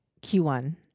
q1